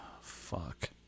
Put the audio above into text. Fuck